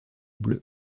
bleues